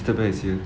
sister bear is here